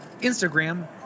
Instagram